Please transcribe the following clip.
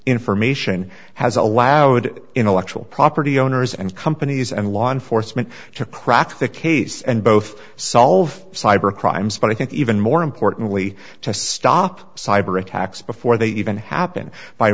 information has allowed intellectual property owners and companies and law enforcement to crack the case and both solve cyber crimes but i think even more importantly to stop cyber attacks before they even happen by